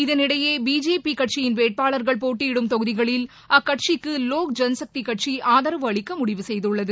இதனிடையே பிஜேபிகட்சியின் வேட்பாளர்கள் போட்டியிடும் தொகுதிகளில் அக்கட்சிக்குலோக் ஐனசக்திகட்சிஆதரவு அளிக்கமுடிவு செய்துள்ளது